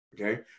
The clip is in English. Okay